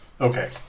Okay